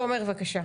תומר, בקשה.